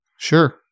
Sure